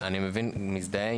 אני מבין ומזדהה.